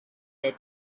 their